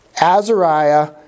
Azariah